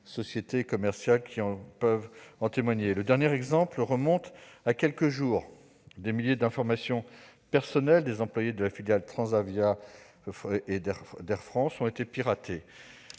sociétés commerciales se sont multipliées. Le dernier exemple remonte à quelques jours : des milliers d'informations personnelles des employés de Transavia, la filiale d'Air France, ont été piratées.